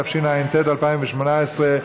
התשע"ט 2018,